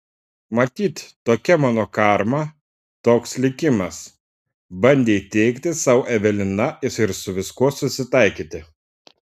matyt tokia mano karma toks likimas bandė įteigti sau evelina ir su viskuo susitaikyti